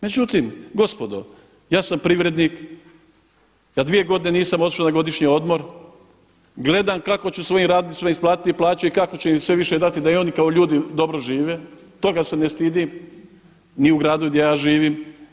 Međutim, gospodo, ja sam privrednik, ja dvije godine nisam otišao na godišnji odmor, gledam kako ću svojim radnicima isplatiti plaće i kako ću im sve više dati da i oni kao ljudi dobro žive, toga se ne stidim ni u gradu gdje ja živim.